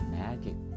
magic